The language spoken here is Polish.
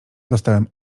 dostałem